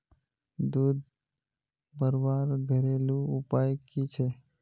दूध बढ़वार घरेलू उपाय की छे?